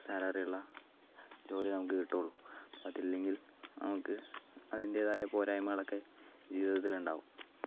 സാലറിയുള്ള ജോലി നമുക്ക് കിട്ടുകയുള്ളൂ അത് ഇല്ലെങ്കിൽ നമുക്ക് അതിൻ്റെതായ പോരായ്മകളൊക്കെ ജീവിതത്തിൽ ഉണ്ടാകും